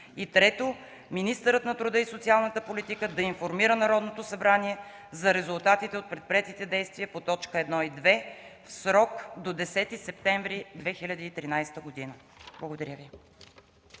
г. 3. Министърът на труда и социалната политика да информира Народното събрание за резултатите от предприетите действия по т. 1 и 2 в срок до 10 септември 2013 г.” Благодаря Ви.